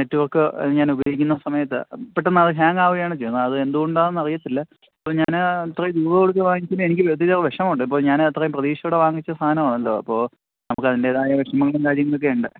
network ഞാൻ ഉപയോഗിക്കുന്ന സമയത്ത് പെട്ടെന്ന് അത് ഹാങ്ങാവുകയാണ് ചെയ്യുന്നത് അത് എന്തുകൊണ്ടാണെന്നറിയത്തില്ല അപ്പോള് ഞാന് അത്രയും രൂപ കൊടുത്തു വാങ്ങിച്ചിട്ട് എനിക്കു വലിയ വിഷമമുണ്ട് ഇപ്പോള് ഞാന് അത്രയും പ്രതീക്ഷയോടെ വാങ്ങിച്ച സാധനമാണല്ലോ അപ്പോള് നമുക്ക് അതിന്റേതായ വിഷമങ്ങളും കാര്യങ്ങളുമൊക്കെ ഉണ്ട്